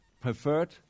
preferred